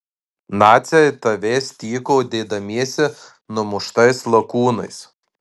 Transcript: naciai tavęs tyko dėdamiesi numuštais lakūnais